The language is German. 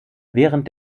während